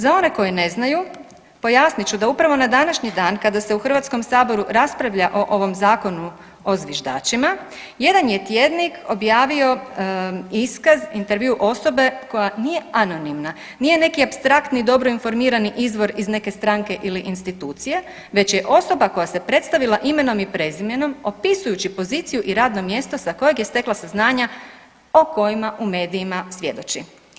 Za one koji ne znaju, pojasnit ću, da upravo na današnji dan, kada se u HS-u raspravlja o ovom Zakonu o zviždačima, jedan je tjednik objavio iskaz, intervju osobe koja nije anonimna, nije neki apstraktni dobro informirani izvor iz neke stranke ili institucije, već je osoba koja se predstavila imenom i prezimenom opisujući poziciju i radna mjesta sa kojeg je stekla saznanja o kojima u medijima svjedoči.